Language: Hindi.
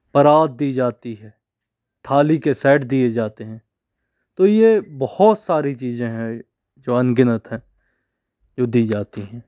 परात दी जाती है थाली के सेट दिए जाते हैं तो यह बहुत सारी चीज़ें हैं जो अनगिनत हैं वह दी जाती हैं